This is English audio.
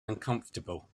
uncomfortable